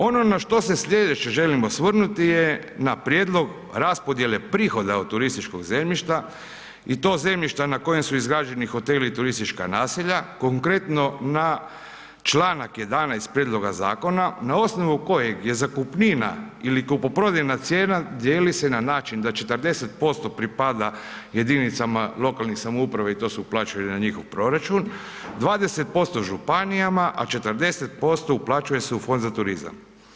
Ono na što se sljedeće želim osvrnuti je na prijedlog raspodijele prihoda od turističkog zemljišta i to zemlji šta na kojem su izgrađeni hoteli i turistička naselja, konkretno na članak 11. prijedloga zakona na osnovu kojeg je zakupnina ili kupoprodajna cijena dijeli se na način da 40% pripada jedinicama lokalnih samouprava i to se uplaćuje na njihov proračun, 20% županijama, a 40% uplaćuje se u Fond za turizam.